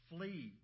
Flee